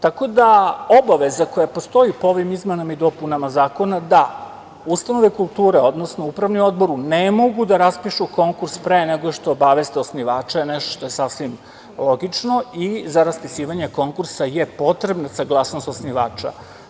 Tako da obaveza koja postoji po ovim izmenama i dopunama zakona, da ustanove kulture odnosno upravni odbori ne mogu da raspišu konkurs pre nego što obaveste osnivača i to je nešto što je sasvim logično i za raspisivanje konkursa je potrebna saglasnost osnivača.